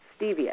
stevia